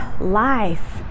life